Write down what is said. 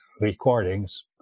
recordings